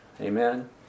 Amen